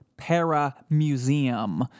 paramuseum